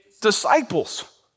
disciples